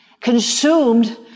consumed